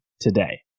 today